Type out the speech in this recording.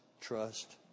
trust